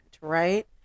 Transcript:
right